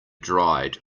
dried